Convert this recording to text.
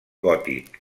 gòtic